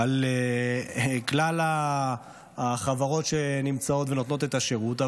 כלל החברות נמצאות ונותנות את השירות,